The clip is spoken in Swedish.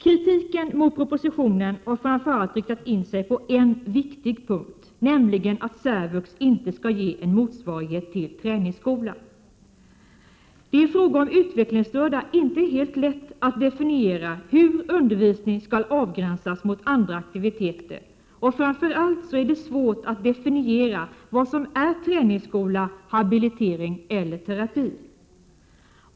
Kritiken mot propositionen har framför allt riktat in sig på en viktig punkt, nämligen att särvux inte skall ge en motsvarighet till träningsskolan. Det är i fråga om utvecklingsstörda inte helt lätt att definiera hur undervisning skall avgränsas mot andra aktiviteter, och framför allt är det svårt att definiera vad som är träningsskola, habilitering eller terapi.